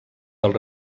del